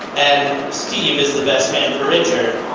and steve is the best man for richard,